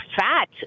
fat